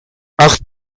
acht